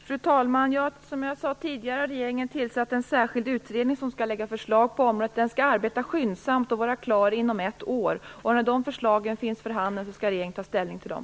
Fru talman! Som jag sade tidigare har regeringen tillsatt en särskild utredning som skall lägga fram förslag på området. Den skall arbeta skyndsamt och vara klar inom ett år. När de förslagen finns för handen skall regeringen ta ställning till dem.